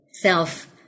self